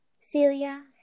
Celia